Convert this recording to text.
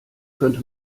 könnte